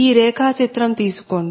ఈ రేఖా చిత్రం తీసుకోండి